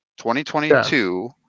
2022